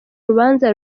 urubanza